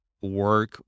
work